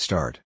Start